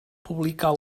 publicar